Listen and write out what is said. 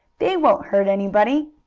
they won't hurt anybody!